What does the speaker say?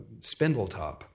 Spindletop